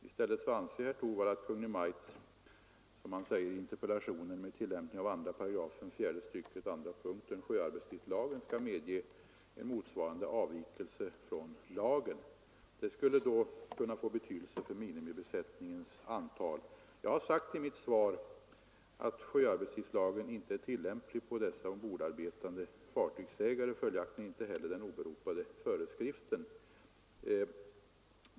I stället anser herr Torwald, som han säger i interpellationen, att Kungl. Maj:t med tillämpning av 2 § fjärde stycket andra punkten sjöarbetstidslagen skall medge motsvarande avvikelse från lagen. Det skulle då kunna få betydelse för minimibesättningens antal. Jag har sagt i mitt svar att sjöarbetstidslagen inte är tillämplig på dessa ombordarbetande fartygsägare och följaktligen inte heller den åberopade föreskriften.